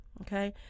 okay